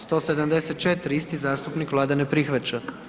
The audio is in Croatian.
174. isti zastupnik Vlada ne prihvaća.